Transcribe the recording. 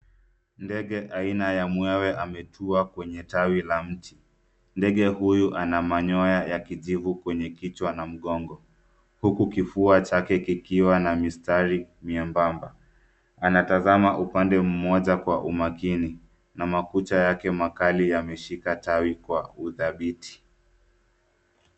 Ndege aina ya mwewe ametua kwenye tawi la mti. Ndege huyu ana manyoya ya kijivu kwenye kichwa na mgongo, huku kifua chake kikiwa na mistari miembamba. Anatazama upande mmoja kwa umakini na makucha yake makali yameshika tawi kwa udhabiti.